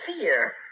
fear